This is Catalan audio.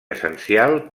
essencial